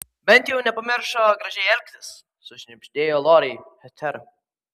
bent jau nepamiršo gražiai elgtis sušnibždėjo lorai hetera